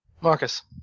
Marcus